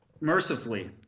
mercifully